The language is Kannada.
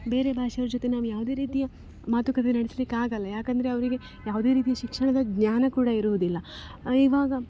ಬೇರೆ ಭಾಷೆಯವ್ರು ಜೊತೆ ನಾವು ಯಾವುದೇ ರೀತಿಯ ಮಾತುಕತೆ ನೆಡೆಸ್ಲಿಕ್ಕಾಗಲ್ಲ ಯಾಕೆಂದ್ರೆ ಅವರಿಗೆ ಯಾವುದೇ ರೀತಿ ಶಿಕ್ಷಣದ ಜ್ಞಾನ ಕೂಡ ಇರುವುದಿಲ್ಲ ಇವಾಗ